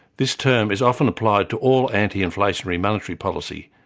this term is often applied to all anti-inflationary monetary policy,